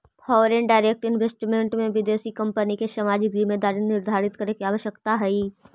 foreign direct investment में विदेशी कंपनिय के सामाजिक जिम्मेदारी निर्धारित करे के आवश्यकता हई